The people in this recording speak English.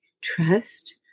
trust